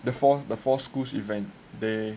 the four schools event they